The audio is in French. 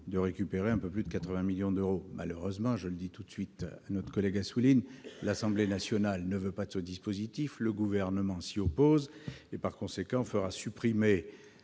de récupérer un peu plus de 80 millions d'euros. Malheureusement, je le dis tout de suite à notre collègue Assouline, l'Assemblée nationale n'en veut pas, et le Gouvernement non plus. Il le fera donc supprimer